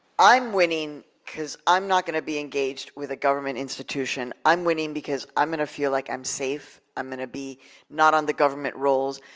i'm winning because i'm not gonna be engaged with a government institution. i'm winning because i'm gonna feel like i'm safe. i'm gonna be not on the government rolls.